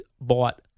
bought